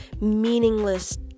meaningless